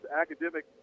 academic